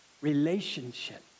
relationship